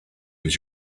use